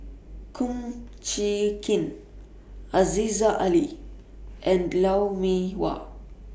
Kum Chee Kin Aziza Ali and Lou Mee Wah